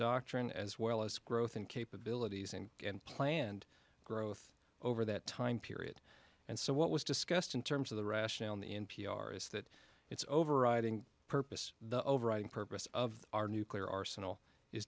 doctrine as well as growth in capabilities and and planned growth over that time period and so what was discussed in terms of the rationale in the n p r is that it's overriding purpose the overriding purpose of our nuclear arsenal is